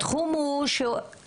התחום הוא שאתם,